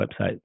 website